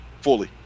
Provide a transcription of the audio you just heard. fully